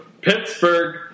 Pittsburgh